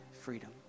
freedom